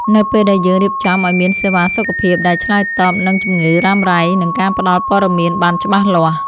នៅពេលដែលយើងរៀបចំឱ្យមានសេវាសុខភាពដែលឆ្លើយតបនឹងជំងឺរ៉ាំរ៉ៃ និងការផ្ដល់ព័ត៌មានបានច្បាស់លាស់។